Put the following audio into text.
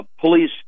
police